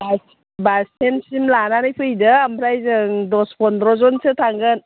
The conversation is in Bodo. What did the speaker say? बास स्टेन्दसिम लानानै फैदो ओमफ्राय जों दस पनद्र''जनसो थांगोन